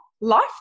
life